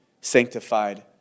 sanctified